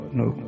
no